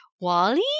Wally